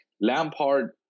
Lampard